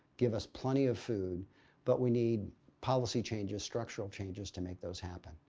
give us plenty of food but we need policy changes, structural changes to make those happen.